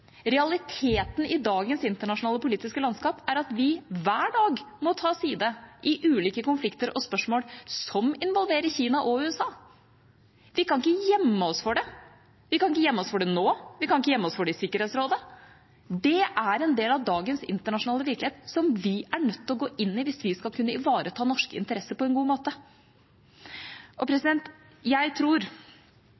Realiteten i dagens internasjonale politiske landskap er at vi hver dag må ta side i ulike konflikter og spørsmål – som involverer Kina og USA. Vi kan ikke gjemme oss for det. Vi kan ikke gjemme oss for det nå, vi kan ikke gjemme oss for det i Sikkerhetsrådet. Det er en del av dagens internasjonale virkelighet som vi er nødt til å gå inn i hvis vi skal kunne ivareta norske interesser på en god måte.